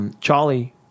Charlie